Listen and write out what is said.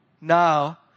Now